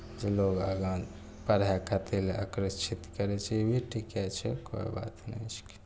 जे लोग आगाँ पढ़ाइ खातिर आकर्षित करै छै ई भी ठीके छै कोइ बात नहि छिकै